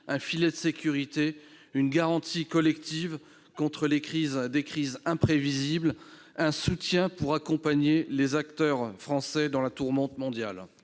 un filet de sécurité, une garantie collective contre les crises imprévisibles, un soutien pour accompagner les acteurs français dans la tourmente mondiale-